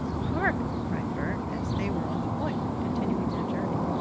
hark! cried bert as they were on the point of continuing their journey.